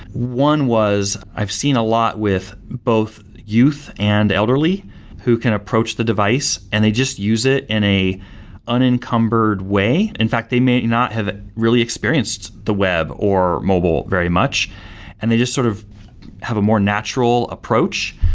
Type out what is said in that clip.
one was i've seen a lot with both youth and elderly who can approach the device and they just use it in a unencumbered way. in fact, they may not have really experienced the web, or mobile very much and they just sort of have a more natural approach.